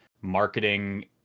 marketing